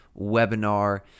webinar